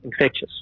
infectious